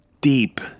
deep